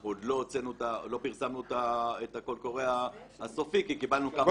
אנחנו עוד לא פרסמנו את קול הקורא הסופי כי קיבלנו כמה הערות.